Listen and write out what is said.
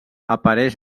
apareix